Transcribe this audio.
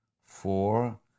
Four